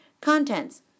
Contents